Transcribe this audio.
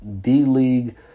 D-League